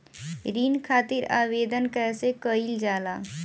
ऋण खातिर आवेदन कैसे कयील जाला?